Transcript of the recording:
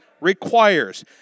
Requires